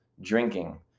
drinking